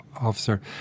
Officer